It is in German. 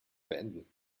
beenden